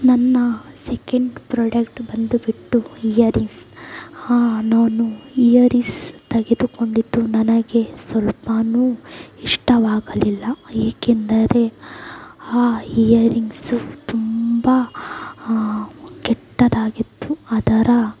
ನನ್ನ second product ಬಂದು ಬಿಟ್ಟು ಇಯರಿಂಗ್ಸ್ ಹಾಂ ನಾನು ಇಯರಿಸ್ ತೆಗೆದುಕೊಂಡಿದ್ದು ನನಗೆ ಸ್ವಲ್ಪನು ಇಷ್ಟವಾಗಲಿಲ್ಲ ಏಕೆಂದರೆ ಆ ಇಯರಿಂಗ್ಸು ತುಂಬ ಕೆಟ್ಟದಾಗಿ ಇತ್ತು ಅದರ